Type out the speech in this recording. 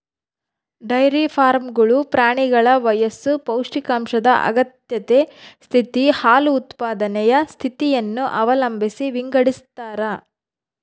dairy ಫಾರ್ಮ್ಗಳು ಪ್ರಾಣಿಗಳ ವಯಸ್ಸು ಪೌಷ್ಟಿಕಾಂಶದ ಅಗತ್ಯತೆ ಸ್ಥಿತಿ, ಹಾಲು ಉತ್ಪಾದನೆಯ ಸ್ಥಿತಿಯನ್ನು ಅವಲಂಬಿಸಿ ವಿಂಗಡಿಸತಾರ